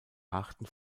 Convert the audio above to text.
arten